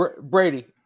brady